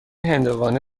هندوانه